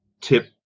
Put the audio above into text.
tip